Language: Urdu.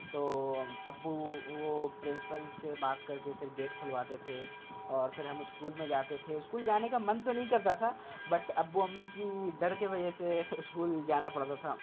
تو ابو وہ پرنسپل سے بات کر کے پھر گیٹ کُھلواتے تھے اور پھر ہم اسکول میں جاتے تھے اسکول جانے کا من تو نہیں کرتا تھا بٹ ابو امّی کی ڈر کے وجہ سے اسکول جانا پڑتا تھا